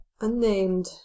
unnamed